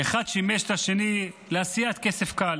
אחד שימש את השני לעשיית כסף קל.